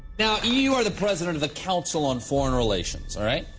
now, you are the president of the council on foreign relations, alright?